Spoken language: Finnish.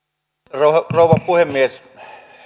arvoisa rouva puhemies